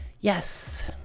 Yes